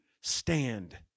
stand